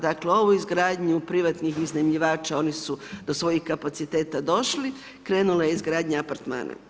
Dakle, ovu izgradnju privatnih iznajmljivača, oni su do svojih kapaciteta došli, krenula je izgradnja apartmana.